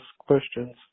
questions